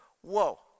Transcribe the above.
Whoa